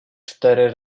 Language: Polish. cztery